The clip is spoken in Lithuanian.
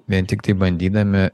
vien tiktai bandydami